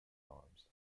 arms